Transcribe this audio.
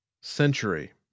Century